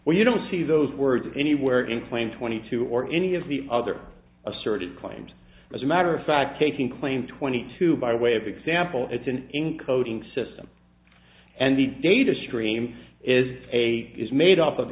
where you don't see those words anywhere in claim twenty two or any of the other asserted claimed as a matter of fact taking claim twenty two by way of example it's an enclosed system and the data stream is a is made up of